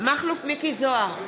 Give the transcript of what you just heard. מכלוף מיקי זוהר,